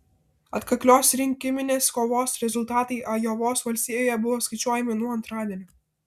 atkaklios rinkiminės kovos rezultatai ajovos valstijoje buvo skaičiuojami nuo antradienio